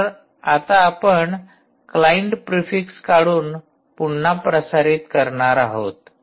तर आता आपण क्लाइंट प्रिफिक्स काढून पुन्हा प्रसारित करणार आहोत